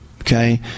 Okay